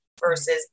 versus